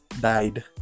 Died